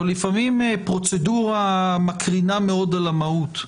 לפעמים פרוצדורה מקרינה מאוד על המהות.